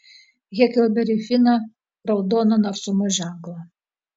heklberį finą raudoną narsumo ženklą